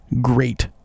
great